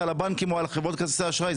על הבנקים או על חברות כרטיסי האשראי.